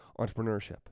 entrepreneurship